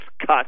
cut